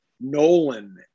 Nolan